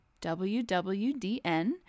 WWDN